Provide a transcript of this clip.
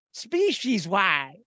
Species-wide